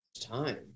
time